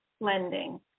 lending